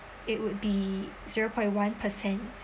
it would be zero point one percent